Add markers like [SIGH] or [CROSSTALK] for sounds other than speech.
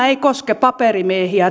[UNINTELLIGIBLE] ei koske paperimiehiä [UNINTELLIGIBLE]